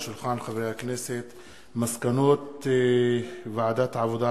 מסקנות ועדת העבודה,